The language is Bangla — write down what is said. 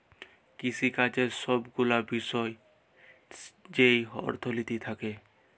কিসিকাজের ছব গুলা বিষয় যেই অথ্থলিতি থ্যাকে